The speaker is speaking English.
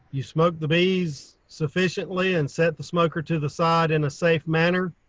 you smoke the bees sufficiently and set the smoker to the side in a safe manner.